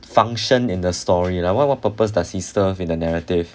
function in the story lah what what purpose does he serve in the narrative